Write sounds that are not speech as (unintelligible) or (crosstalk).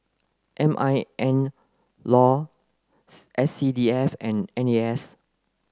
M I N law (unintelligible) S C D F and N A S